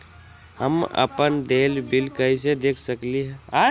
हम अपन देल बिल कैसे देख सकली ह?